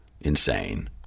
insane